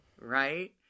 right